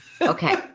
Okay